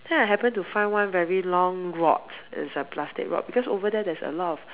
then I happened to find one very long rod it's a plastic rod because over there there's a lot of